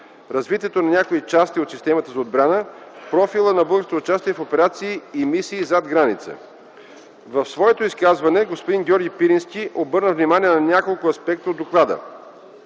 развитието на някои части от системата за отбрана, профила на българското участие в операции и мисии зад граница. В своето изказване господин Георги Пирински обърна внимание на няколко аспекта от доклада.